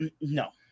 No